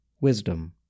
wisdom